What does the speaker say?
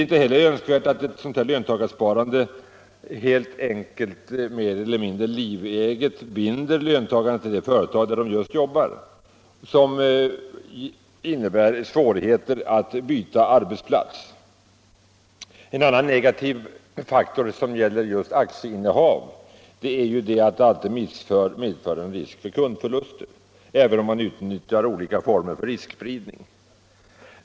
Inte heller är det önskvärt att ett sådant här lönsparande mer eller mindre liveget binder löntagarna till det företag där de jobbar, vilket skulle innebära svårigheter för dem att byta arbetsplats. En annan negativ faktor, som gäller just aktieinnehav, är att det alltid medför en risk för kundförluster, även om man utnyttjar olika former av riskspridning.